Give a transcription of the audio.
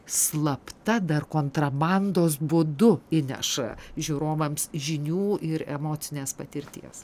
spalta dar kontrabandos būdu įneša žiūrovams žinių ir emocinės patirties